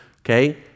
okay